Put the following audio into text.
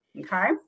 Okay